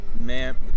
man